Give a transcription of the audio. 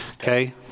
okay